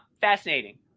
Fascinating